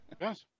yes